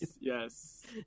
yes